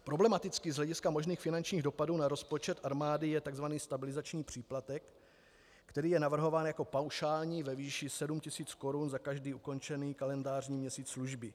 Problematický z hlediska možných finančních dopadů na rozpočet armády je tzv. stabilizační příplatek, který je navrhován jako paušální ve výši 7 tis. korun za každý ukončený kalendářní měsíc služby.